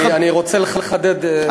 לא, אני רוצה לחדד, חבר הכנסת.